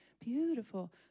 beautiful